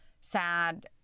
sad